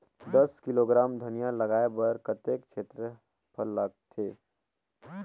दस किलोग्राम धनिया लगाय बर कतेक क्षेत्रफल लगथे?